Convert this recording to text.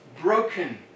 broken